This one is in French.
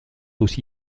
aussi